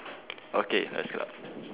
okay let's go